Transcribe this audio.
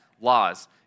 laws